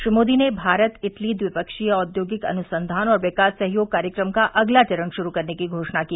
श्री मोदी ने भारत इटली द्विपक्षीय औद्योगिक अनुसंधान और विकास सहयोग कार्यक्रम का अगला चरण शुरू करने की घोषणा की